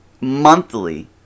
monthly